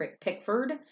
Pickford